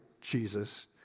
Jesus